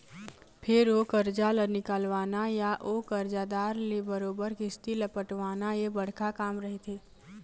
फेर ओ करजा ल निकलवाना या ओ करजादार ले बरोबर किस्ती ल पटवाना ये बड़का काम रहिथे